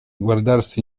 guardarsi